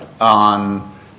on